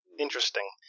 interesting